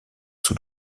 sous